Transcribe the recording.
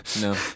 no